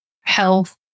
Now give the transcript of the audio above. health